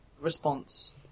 response